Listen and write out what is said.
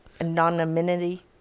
Anonymity